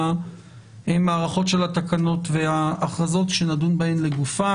מהמערכות של התקנות וההכרזות כשנדון בהן לגופן.